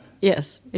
Yes